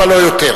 אבל לא יותר.